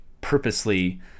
purposely